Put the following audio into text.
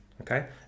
okay